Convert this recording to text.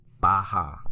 Baja